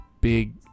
big